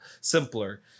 simpler